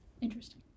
Interesting